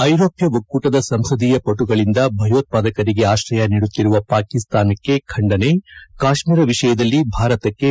ಐರೋಷ್ತ ಒಕ್ಕೂಟದ ಸಂಸದೀಯ ಪಟುಗಳಿಂದ ಭಯೋತಾದಕರಿಗೆ ಆಶ್ರಯ ನೀಡುತ್ತಿರುವ ಪಾಕಿಸ್ಸಾನಕ್ಕೆ ಖಂಡಿನೆ ಕಾಶ್ಸೀರ ವಿಷಯದಲ್ಲಿ ಭಾರತಕ್ಕೆ ಬೆಂಬಲ